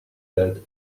that